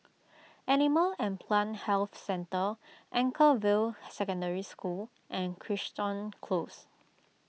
Animal and Plant Health Centre Anchorvale Secondary School and Crichton Close